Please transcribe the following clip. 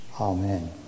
Amen